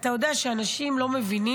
אתה יודע שאנשים לא מבינים.